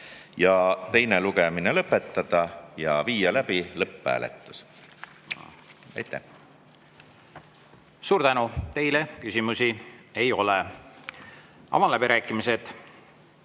teine lugemine lõpetada ja viia läbi lõpphääletus. Aitäh! Suur tänu! Teile küsimusi ei ole. Avan läbirääkimised.